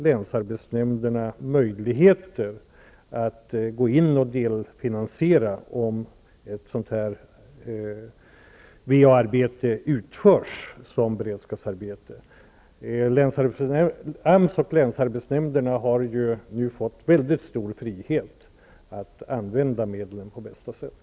Länsarbetsnämnderna har möjligheter att delfinansiera ett VA-arbete om det utförs som beredskapsarbete. AMS och länsarbetsnämnderna har nu fått väldigt stor frihet att använda medlen på bästa sätt.